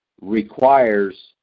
requires